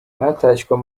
hatashywe